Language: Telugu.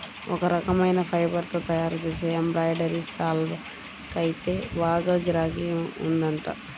ఒక రకమైన ఫైబర్ తో తయ్యారుజేసే ఎంబ్రాయిడరీ శాల్వాకైతే బాగా గిరాకీ ఉందంట